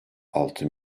altı